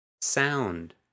sound